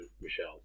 Michelle